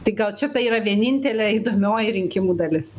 tai gal čia tai yra vienintelė įdomioji rinkimų dalis